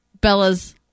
Bella's